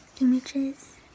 images